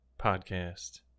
Podcast